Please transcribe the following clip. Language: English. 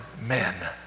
men